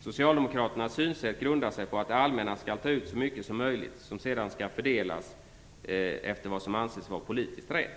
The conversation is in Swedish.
Socialdemokraternas synsätt grundar sig på att det allmänna skall ta ut så mycket skatt som möjligt, som sedan skall fördelas efter vad som anses politiskt rätt.